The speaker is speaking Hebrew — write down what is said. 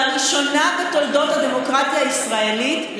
לראשונה בתולדות הדמוקרטיה הישראלית,